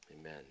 Amen